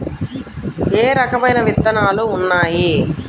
ఏ రకమైన విత్తనాలు ఉన్నాయి?